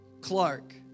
Clark